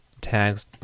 tags